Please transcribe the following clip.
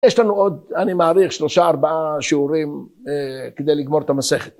יש לנו עוד, אני מעריך 3-4 שיעורים כדי לגמור את המסכת.